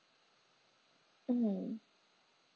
mm